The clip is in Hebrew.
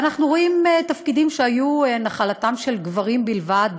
אנחנו רואים תפקידים שהיו נחלתם של גברים בלבד,